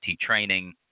training